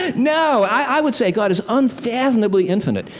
ah no. i would say god is unfathomably infinite.